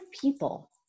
people